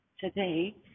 today